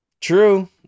True